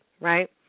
right